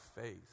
faith